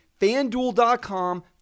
FanDuel.com